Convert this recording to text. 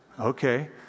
Okay